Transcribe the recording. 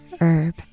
herb